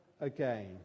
again